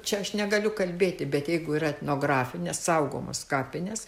čia aš negaliu kalbėti bet jeigu yra etnografinės saugomos kapinės